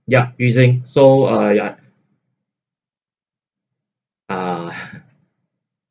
yup using so uh ya uh